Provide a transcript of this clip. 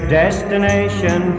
destination